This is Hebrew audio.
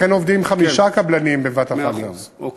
לכן עובדים חמישה קבלנים בבת אחת, גם.